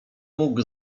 mógł